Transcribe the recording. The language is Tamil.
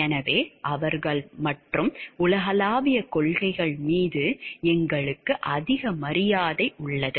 எனவே அவர்கள் மற்றும் உலகளாவிய கொள்கைகள் மீது எங்களுக்கு அதிக மரியாதை உள்ளது